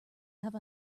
have